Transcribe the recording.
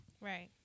Right